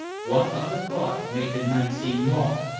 one other thought made the night seem long.